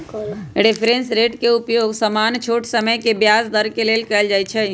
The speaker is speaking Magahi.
रेफरेंस रेट के उपयोग सामान्य छोट समय के ब्याज दर के लेल कएल जाइ छइ